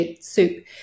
soup